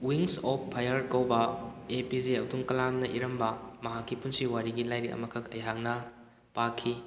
wings of fire ꯀꯧꯕ ꯑꯦ ꯄꯤ ꯖꯦ ꯑꯕꯗꯨꯜ ꯀꯂꯥꯝꯅ ꯏꯔꯝꯕ ꯃꯍꯥꯛꯀꯤ ꯄꯨꯟꯁꯤ ꯋꯥꯔꯤꯒꯤ ꯂꯥꯏꯔꯤꯛ ꯑꯃꯈꯛ ꯑꯩꯍꯥꯛꯅ ꯄꯥꯈꯤ